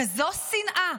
כזו שנאה,